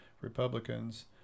Republicans